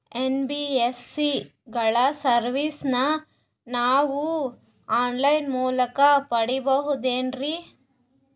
NBSC ಗಳ ಸರ್ವಿಸನ್ನ ನಾವು ಆನ್ ಲೈನ್ ಮೂಲಕ ಪಡೆಯಬಹುದೇನ್ರಿ?